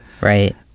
Right